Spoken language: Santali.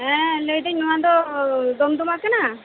ᱦᱮᱸ ᱞᱟᱹᱭ ᱮᱫᱟᱧ ᱱᱚᱣᱟ ᱫᱚ ᱫᱚᱢᱫᱚᱢᱟ ᱠᱟᱱᱟ